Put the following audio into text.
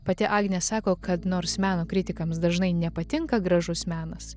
pati agnė sako kad nors meno kritikams dažnai nepatinka gražus menas